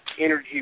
energy